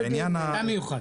אתה מיוחד.